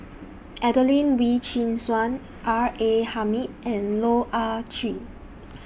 Adelene Wee Chin Suan R A Hamid and Loh Ah Chee